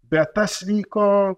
bet tas vyko